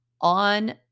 on